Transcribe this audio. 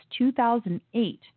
2008